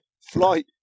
Flight